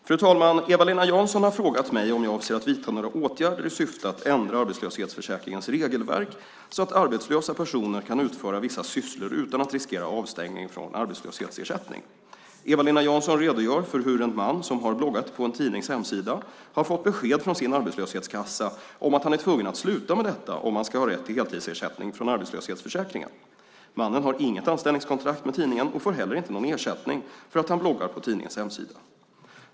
Fru talman! Eva-Lena Jansson har frågat mig om jag avser att vidta några åtgärder i syfte att ändra arbetslöshetsförsäkringens regelverk så att arbetslösa personer kan utföra vissa sysslor utan att riskera avstängning från arbetslöshetsersättning. Eva-Lena Jansson redogör för hur en man som har bloggat på en tidnings hemsida har fått besked från sin arbetslöshetskassa att han är tvungen att sluta med detta om han ska ha rätt till heltidsersättning från arbetslöshetsförsäkringen. Mannen har inget anställningskontrakt med tidningen och får heller inte någon ersättning för att han bloggar på tidningens hemsida.